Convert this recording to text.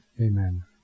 Amen